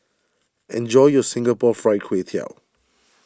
enjoy your Singapore Fried Kway Tiao